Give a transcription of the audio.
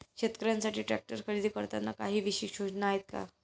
शेतकऱ्यांसाठी ट्रॅक्टर खरेदी करताना काही विशेष योजना आहेत का?